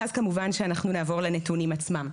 ואז כמובן שאנחנו נעבור לנתונים עצמם.